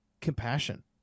compassion